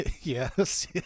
Yes